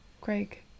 craig